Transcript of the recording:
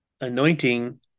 anointing